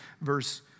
verse